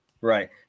right